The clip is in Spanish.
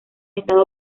estado